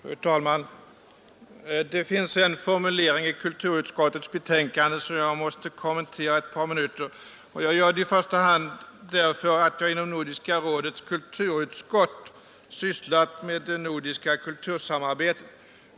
Fru talman! Det finns en formulering i kulturutskottets betänkande som jag måste kommentera ett par minuter. Jag gör det i första hand därför att jag i Nordiska rådets kulturutskott sysslat med det nordiska kultursamarbetet.